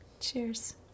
Cheers